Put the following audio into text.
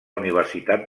universitat